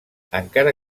encara